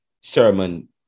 sermon